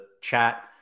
chat